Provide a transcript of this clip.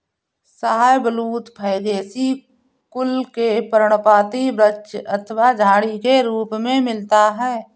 शाहबलूत फैगेसी कुल के पर्णपाती वृक्ष अथवा झाड़ी के रूप में मिलता है